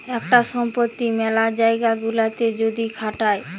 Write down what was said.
একটা সম্পত্তি মেলা জায়গা গুলাতে যদি খাটায়